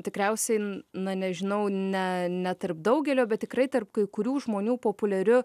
tikriausiai na nežinau ne ne tarp daugelio bet tikrai tarp kai kurių žmonių populiariu